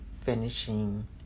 finishing